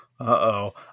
Uh-oh